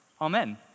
Amen